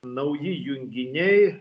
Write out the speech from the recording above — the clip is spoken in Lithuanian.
nauji junginiai